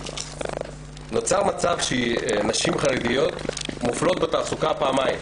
נוצר מצב שהנשים חרדיות מופלות בתעסוקה פעמיים.